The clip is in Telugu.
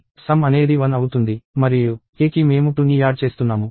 మరియు k కి మేము దానికి 2ని యాడ్ చేస్తున్నాము